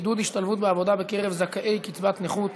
עידוד השתלבות בעבודה בקרב זכאי קצבת נכות),